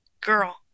girl